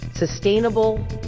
Sustainable